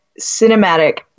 cinematic